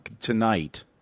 tonight